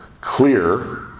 clear